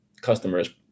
customer's